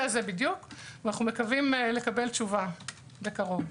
הזה בדיוק ואנו מקווים לקבל תשובה בקרוב.